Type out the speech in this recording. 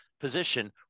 position